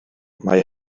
mae